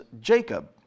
Jacob